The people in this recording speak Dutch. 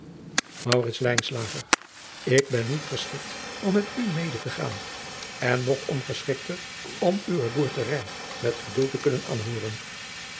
ik ben niet geschikt om met u mede te gaan en nog ongeschikter om uwe boerterij met geduld te kunnen aanhooren